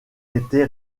été